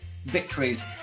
victories